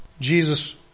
Jesus